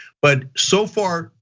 but so far,